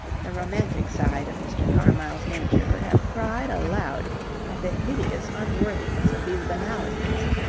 the romantic side of mr. carmyle's nature could have cried aloud at the hideous unworthiness of these banalities.